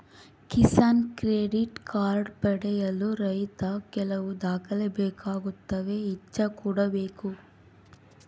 Kisan credit card ಪಡೆಯಲು ರೈತ ಕೆಲವು ದಾಖಲೆ ಬೇಕಾಗುತ್ತವೆ ಇಚ್ಚಾ ಕೂಡ ಬೇಕು